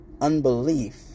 Unbelief